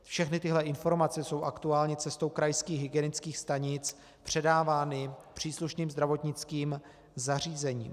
Všechny tyhle informace jsou aktuálně cestou krajských hygienických stanic předávány příslušným zdravotnickým zařízením.